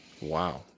Wow